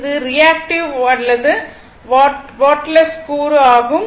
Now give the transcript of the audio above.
இது ரியாக்ட்டிவ் அல்லது வாட்லெஸ் கூறு ஆகும்